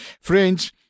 Friends